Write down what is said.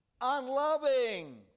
unloving